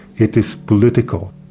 it is political.